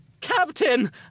Captain